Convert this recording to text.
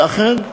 ואכן,